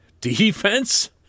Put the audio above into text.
defense